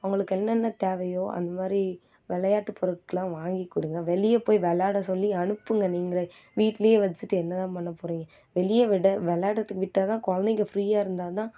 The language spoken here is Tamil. அவங்களுக்கு என்னென்ன தேவையோ அந்த மாதிரி விளையாட்டு பொருட்களாம் வாங்கி கொடுங்க வெளியே போய் விளையாட சொல்லி அனுப்புங்க நீங்களே வீட்லேயே வச்சுட்டு என்ன தான் பண்ண போகிறிங்க வெளியே விட விளையாடுறதுக்கு விட்டால்தான் குழந்தைங்க ஃபிரீயாக இருந்தால் தான்